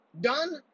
done